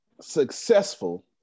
successful